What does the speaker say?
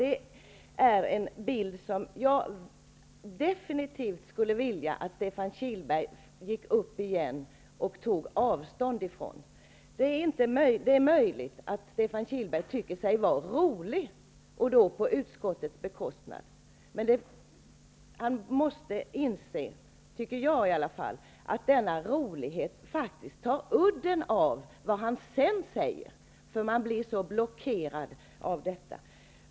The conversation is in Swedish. Det är en bild som jag definitivt vill att Stefan Kihlberg skall gå upp på nytt i debatten och ta avstånd ifrån. Det är möjligt att Stefan Kihlberg tycker sig vara rolig, och då på utskottets bekostnad. Men jag tycker i varje fall att han måste inse att denna rolighet tar udden av vad han sedan säger, eftersom man blir så blockerad av detta.